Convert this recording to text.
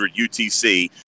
UTC